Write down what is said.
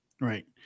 right